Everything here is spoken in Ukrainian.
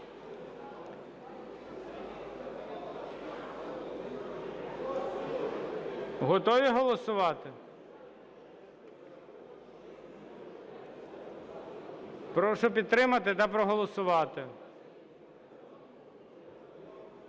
Готові голосувати? Прошу підтримати та проголосувати.